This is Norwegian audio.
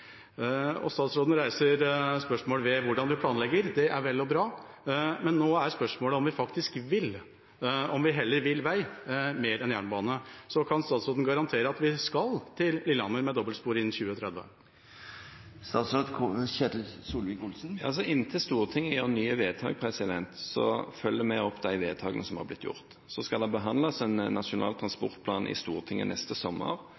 Statsråden reiser spørsmål ved hvordan vi planlegger. Det er vel og bra, men nå er spørsmålet om vi faktisk vil, om vi heller vil vei mer enn jernbane. Kan statsråden garantere at vi skal til Lillehammer med dobbeltspor innen 2030? Inntil Stortinget gjør nye vedtak, følger vi opp de vedtakene som er blitt gjort. Så skal det behandles en nasjonal transportplan i Stortinget neste sommer.